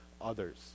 others